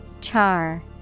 Char